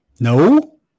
No